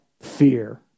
fear